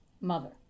mother